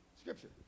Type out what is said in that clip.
Scripture